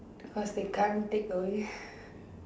because they can't take away